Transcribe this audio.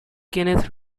kenneth